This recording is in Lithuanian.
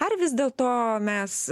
ar vis dėl to mes